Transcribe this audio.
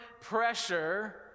pressure